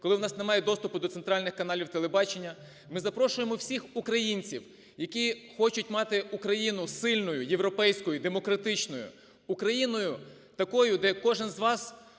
коли у нас немає доступу до центральних каналів телебачення. Ми запрошуємо всіх українців, які хочуть мати Україну сильною, європейською, демократичною, Україною такою, де кожне з вас